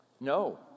No